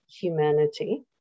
humanity